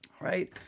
right